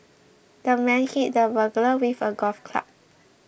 the man hit the burglar with a golf club